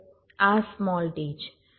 આ t છે